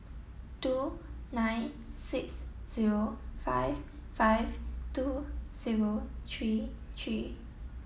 two nine six zero five five two zero three three